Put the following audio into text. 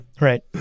right